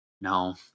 no